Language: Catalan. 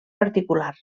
particular